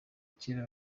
kera